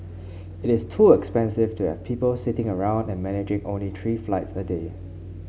it is too expensive to have people sitting around and managing only three flights a day